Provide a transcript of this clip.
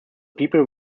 people